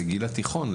כבר בגיל התיכון,